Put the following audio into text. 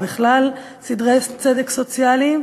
או בכלל סדרי צדק סוציאליים,